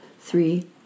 three